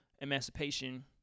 emancipation